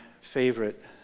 favorite